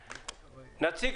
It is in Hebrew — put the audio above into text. קידוחים.